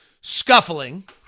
scuffling